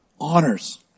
honors